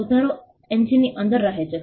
સુધારો એન્જિનની અંદર રહે છે